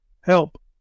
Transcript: help